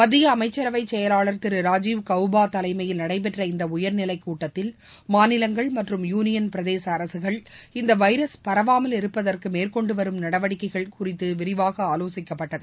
மத்திய அமைச்சரவை செயலாளர் திரு ராஜுவ் கவுபா தலைமையில் நடைபெற்ற இந்த உயர்நிலைக் கூட்டத்தில் மாநிலங்கள் மற்றும் யூளியள் பிரதேச அரசுகள் இந்த வைரஸ் பரவாமல் இருப்பதற்கு மேற்கொண்டு வரும் நடவடிக்கைகள் குறித்து விரிவாக ஆலோசிக்கப்பட்டது